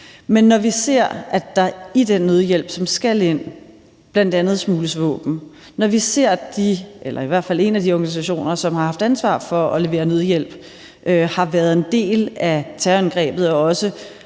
Men når vi ser, at der i den nødhjælp, som skal ind, bl.a. smugles våben, og når vi ser, at i hvert fald en af de organisationer, som har haft ansvar for at levere nødhjælp, har været en del af terrorangrebet og også